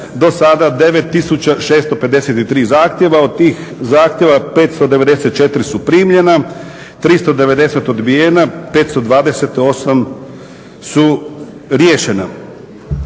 do sada 9653 zahtjeva. Od tih zahtjeva 594 su primljena, 390 odbijena, 528 su riješena.